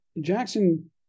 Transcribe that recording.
jackson